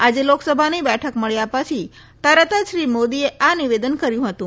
આજે લોકસભાની બેઠક મળ્યા પછી તરત જ શ્રી મોદીએ આ નિવેદન કર્યું હતું